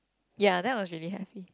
yeah that was really happy